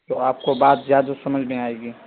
تو آپ کو بات زیادہ سمجھ میں آئے گی